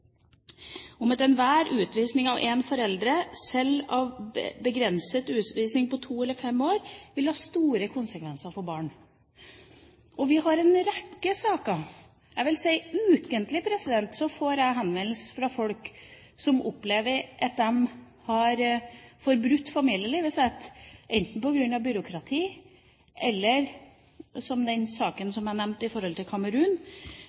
om at enhver utvisning av en forelder, selv begrenset utvisning på to eller fem år, vil ha store konsekvenser for barnet. Vi har en rekke saker. Jeg vil si at ukentlig får jeg henvendelser fra folk som opplever at de har fått brutt familielivet sitt, enten på grunn av byråkrati, eller som den saken som jeg nevnte i forhold til Kamerun,